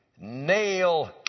nail